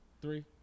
Three